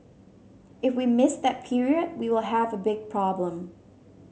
if we miss that period we will have a big problem